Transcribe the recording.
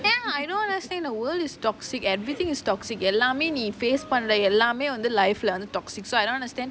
ya I don't understand the world is toxic everything is toxic எல்லாமே நீ:ellaamae nee face பண்ற எல்லாமே:pandra ellaamae toxic so I don't understand